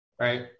right